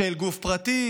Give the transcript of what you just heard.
של גוף פרטי,